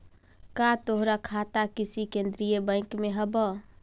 का तोहार खाता किसी केन्द्रीय बैंक में हव